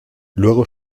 luego